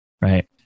Right